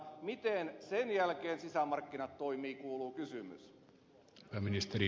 miten sen jälkeen sisämarkkinat toimivat kuuluu kysymys